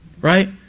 right